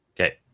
Okay